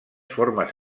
formes